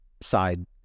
side